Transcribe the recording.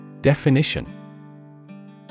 Definition